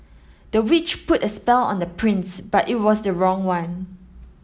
the witch put a spell on the prince but it was the wrong one